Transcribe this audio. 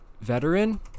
Veteran